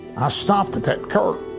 i stopped at that curb,